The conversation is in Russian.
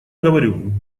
говорю